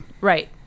right